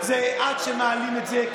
עד שמעלים את זה,